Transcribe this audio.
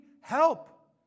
help